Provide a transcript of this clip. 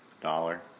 dollar